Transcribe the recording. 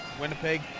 winnipeg